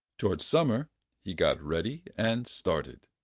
towards summer he got ready and started.